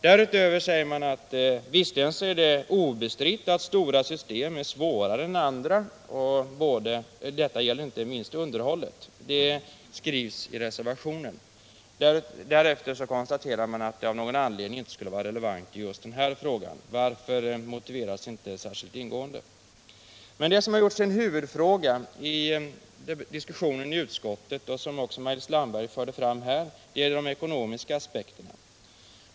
Därutöver sägs att det visserligen är obestritt att stora system är svårare att ändra och underhålla än små system, men därefter konstaterar man att den tesen inte är relevant just i denna situation. Men detta motiveras inte särskilt ingående. Det som gjorts till en huvudfråga i diskussionen i utskottet — även Maj-Lis Landberg förde fram det här — är de ekonomiska aspekterna.